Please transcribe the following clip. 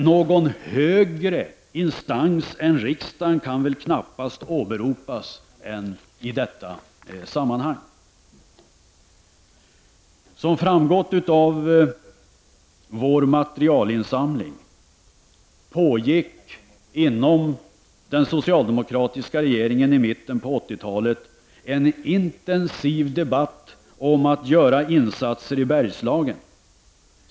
Någon högre instans än riksdagen kan väl knappast åberopas i detta sammanhang. Som framgått av vår materialinsamling pågick inom den socialdemokratiska regeringen i mitten av 80-talet en intensiv debatt om att göra insatser i Bergslagen.